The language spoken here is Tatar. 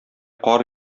кар